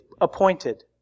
appointed